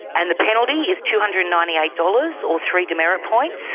and the penalty is two hundred and ninety eight dollars or three demerit points.